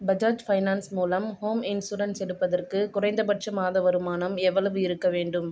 Bajaj Finance மூலம் home insurance எடுப்பதற்கு குறைந்தபட்ச மாத வருமானம் எவ்வளவு இருக்க வேண்டும்